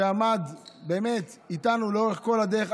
שעמד איתנו באמת לאורך כל הדרך,